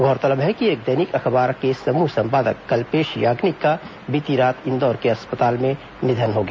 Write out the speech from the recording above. गौरतलब है कि एक दैनिक अखबार के समूह संपादक कल्पेश याग्निक का बीती रात इंदौर के एक अस्पताल में निधन हो गया